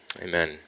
amen